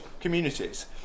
communities